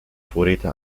vorräte